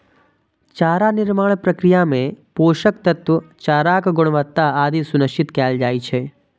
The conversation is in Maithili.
चारा निर्माण प्रक्रिया मे पोषक तत्व, चाराक गुणवत्ता आदि सुनिश्चित कैल जाइ छै